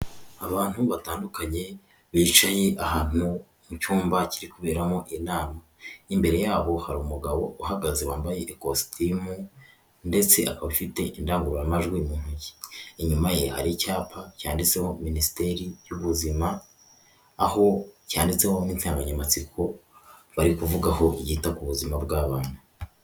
Abantu batandukanye bicaye ahantu mu cyumba kiri kuberamo inama, imbere yabo hari umugabo uhagaze wambaye ikositimu ndetse akaba afite indangururamajwi mu ntoki inyuma ye ari icyapa cyanditseho minisiteri y'ubuzima aho yanditseho insanganyamatsiko bari kuvugaho yita ku buzima bw'aba bantu.